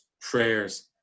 prayers